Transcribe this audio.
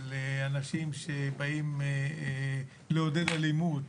של אנשים שבאים לעודד אלימות,